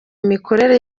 imikorere